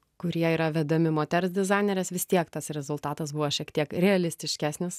kurie yra vedami moters dizainerės vis tiek tas rezultatas buvo šiek tiek realistiškesnis